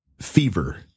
fever